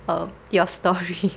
um your story